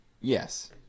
yes